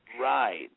Right